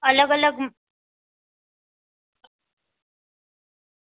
અલગ અલગ